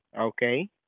Okay